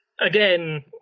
Again